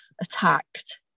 attacked